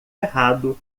errado